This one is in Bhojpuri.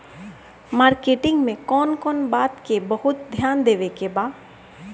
मार्केटिंग मे कौन कौन बात के बहुत ध्यान देवे के बा?